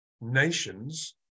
nations